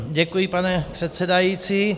Děkuji, pane předsedající.